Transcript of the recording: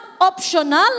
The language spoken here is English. optional